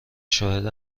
شاهد